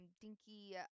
Dinky